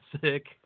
sick